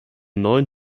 neuen